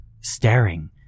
staring